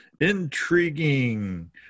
Intriguing